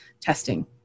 testing